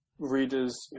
Readers